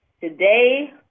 Today